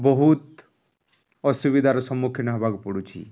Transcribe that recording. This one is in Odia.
ବହୁତ ଅସୁବିଧାର ସମ୍ମୁଖୀନ ହବାକୁ ପଡ଼ୁଛି